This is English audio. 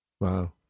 Wow